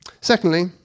Secondly